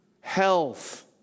health